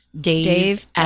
Dave